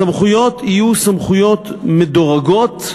הסמכויות יהיו סמכויות מדורגות,